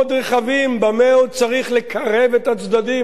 במה עוד צריך לקרב את הצדדים אחרי כל